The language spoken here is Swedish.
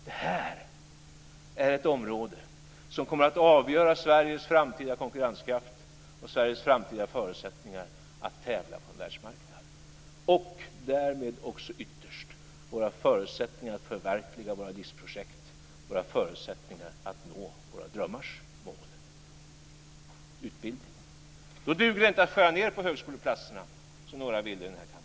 Det här är ett område som kommer att avgöra Sveriges framtida konkurrenskraft och Sveriges framtida förutsättningar att tävla på världsmarknaden och därmed också ytterst avgöra våra förutsättningar att förverkliga våra livsprojekt och våra förutsättningar att nå våra drömmars mål. Då duger det inte att skära ned på högskoleplatserna, som några vill i den här kammaren.